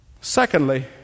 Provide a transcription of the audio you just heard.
Secondly